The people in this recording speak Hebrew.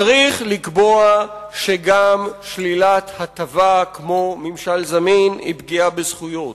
צריך לקבוע שגם שלילת הטבה כמו ממשל זמין היא פגיעה בזכויות.